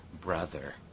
brother